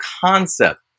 concept